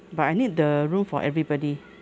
but I need the room for everybody